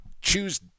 choose –